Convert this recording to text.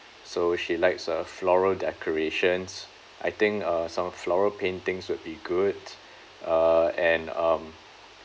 so she likes uh floral decorations I think uh some floral paintings will be good uh and um